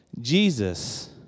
Jesus